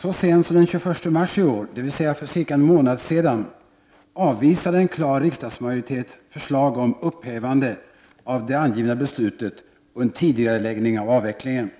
Så sent som den 21 mars i år, dvs. för cirka en månad sedan, avvisade en klar riksdagsmajoritet förslag om ett upphävande av det angivna beslutet och en tidigareläggning av avvecklingen.